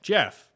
Jeff